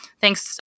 Thanks